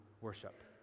worship